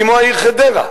כמו העיר חדרה.